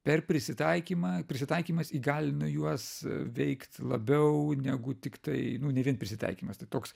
per prisitaikymą prisitaikymas įgalina juos veikt labiau negu tiktai nu ne vien prisitaikymas tai toks